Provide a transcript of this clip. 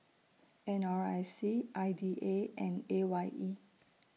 N R I C I D A and A Y E